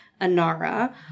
ANARA